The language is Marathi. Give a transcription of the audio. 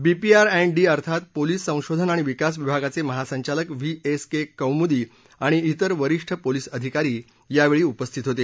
बीपीआर अँड डी अर्थात पोलिस संशोधन आणि विकास विभागाचे महासंचालक व्ही एस के कौमुदी आणि इतर वरिष्ठ पोलिस अधिकारी यावेळी उपस्थित होते